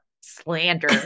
slander